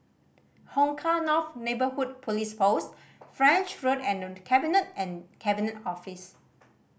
Hong Kah North Neighbourhood Police Post French Road and The Cabinet and Cabinet Office